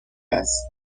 است